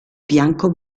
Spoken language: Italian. bianco